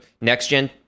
next-gen